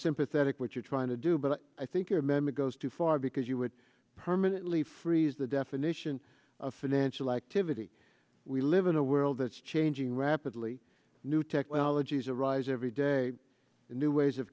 ympathetic what you're trying to do but i think your memory goes too far because you would permanently freeze the definition of financial activity we live in a world that's changing rapidly new technologies arise every day new ways of